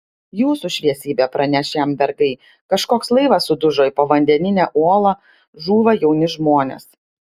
jūsų šviesybe praneš jam vergai kažkoks laivas sudužo į povandeninę uolą žūva jauni žmonės